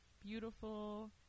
beautiful